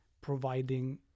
providing